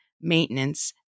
maintenance